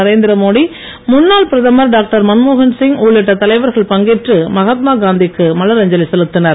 நரேந்திர மோடி முன்னாள் பிரதமர் டாக்டர் மன்மோகன் சிங் உள்ளிட்ட தலைவர்கள் பங்கேற்று மகாத்மா காந்திக்கு மலரஞ்சலி செலுத்தினர்